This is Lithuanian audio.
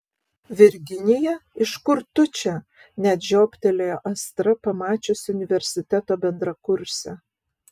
virginija iš kur tu čia net žioptelėjo astra pamačiusi universiteto bendrakursę